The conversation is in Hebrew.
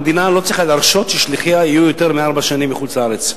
המדינה לא צריכה להרשות ששליחיה יהיו יותר מארבע שנים בחוץ-לארץ.